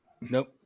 Nope